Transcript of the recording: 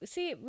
See